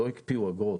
לא הקפיאו אגרות.